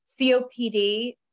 COPD